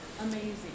amazing